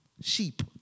Sheep